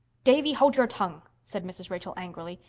davy, hold your tongue, said mrs. rachel angrily.